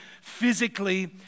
physically